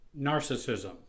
Narcissism